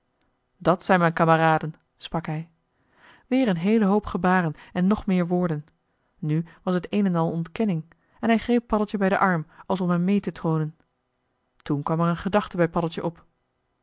dat zijn mijn kameraden sprak hij weer een heele hoop gebaren en nog meer woorden nu was het een en al ontkenning en hij greep paddeltje bij den arm als om hem mee te troonen toen kwam er een gedachte bij paddeltje op